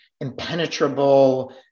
impenetrable